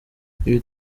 ibi